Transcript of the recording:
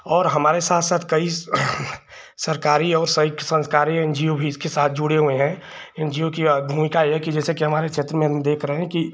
और हमारे साथ साथ कई सरकारी और सैक सँस्कारी एन जी ओ भी इसके साथ जुड़े हुए हैं एन जी ओ की भूमिका यह है कि जैसे कि हमारे क्षेत्र में देख रहे हैं कि